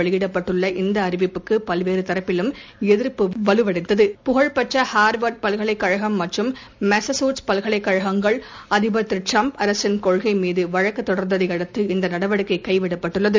வெளியிடப்பட்டுள்ள இந்தஅறிவிப்புக்குபல்வேறுதரப்பிலும் ஒருவாரகாலத்திற்குமுன்னர் எதிர்ப்பு வலுவடைந்தது புகழ்பெற்றஹார்வர்ட் பல்கலைக் கழகம் மற்றும் மாஸச்சூடஸ் பல்கலைக்கழகங்கள் அதிபர் திருட்ரம்ப் அரசின் கொள்கைமீதுவழக்குத் தொடர்ந்ததைபடுத்து இந்தநடவடிக்கைகைவிடப்பட்டுள்ளது